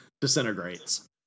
disintegrates